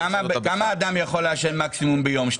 כמה מקסימום סיגריות אדם יכול לעשן ביום?